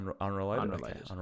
Unrelated